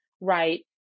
right